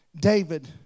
David